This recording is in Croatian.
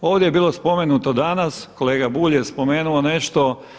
Ovdje je bilo spomenuto danas, kolega Bulj je spomenuo nešto.